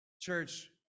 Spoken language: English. church